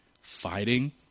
fighting